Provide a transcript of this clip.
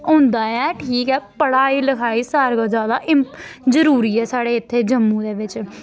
होंदा ऐ ठीक ऐ पढ़ाई लखाई सारें कोला ज्यादा इंप जरूरी ऐ साढ़े इत्थे जम्मू दे बिच्च